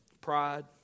Pride